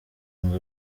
ngo